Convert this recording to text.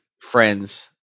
friends